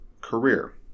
career